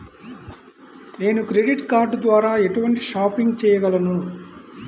నేను credit card ద్వార ఎటువంటి షాపింగ్ చెయ్యగలను?